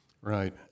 Right